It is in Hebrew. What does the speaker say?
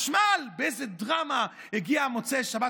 באיזו דרמה הוא הגיע במוצאי שבת,